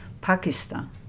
Pakistan